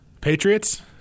Patriots